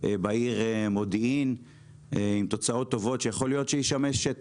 בעיר מודיעין עם תוצאות טובות שיכול להיות שישמש את